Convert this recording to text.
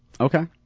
Okay